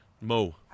Mo